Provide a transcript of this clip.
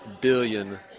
billion